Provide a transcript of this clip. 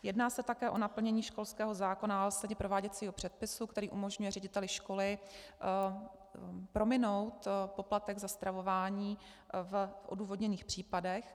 Jedná se také o naplnění školského zákona a prováděcího předpisu, který umožňuje řediteli školy prominout poplatek za stravování v odůvodněných případech.